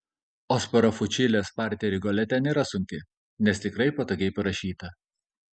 o sparafučilės partija rigolete nėra sunki nes tikrai patogiai parašyta